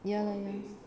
ya lah ya lah